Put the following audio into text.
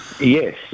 Yes